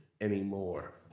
anymore